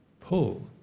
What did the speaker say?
pull